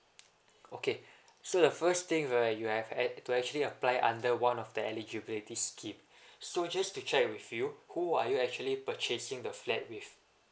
okay so the first thing where you have at to actually apply under one of the eligibility scheme so just to check with you who are you actually purchasing the flat with